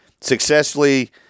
successfully